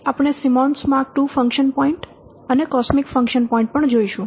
આપણે Symons mark II function point અને cosmic function point પણ જોઈશું